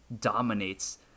dominates